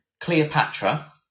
Cleopatra